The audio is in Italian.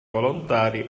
volontari